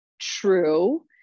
true